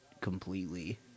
completely